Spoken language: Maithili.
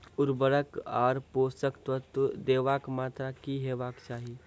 उर्वरक आर पोसक तत्व देवाक मात्राकी हेवाक चाही?